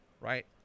right